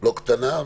לא קטנה.